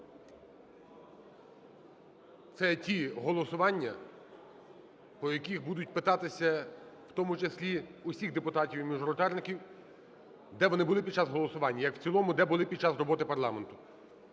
Це ті голосування, по яких будуть питатися, у тому числі у всіх депутатів, і мажоритарників, де вони були під час голосування, як в цілому, де були під час роботи парламенту.